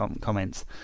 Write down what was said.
comments